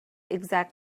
exact